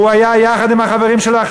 הוא היה יחד עם החברים שלו,